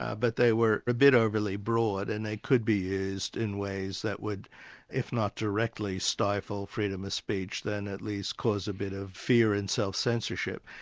ah but they were a bit overly broad and they could be used in ways that would if not directly stifle freedom of speech, then at least cause a bit of fear and self-censorship.